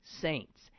Saints